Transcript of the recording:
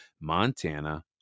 Montana